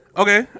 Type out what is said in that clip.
Okay